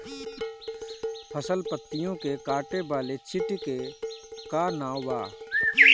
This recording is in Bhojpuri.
फसल पतियो के काटे वाले चिटि के का नाव बा?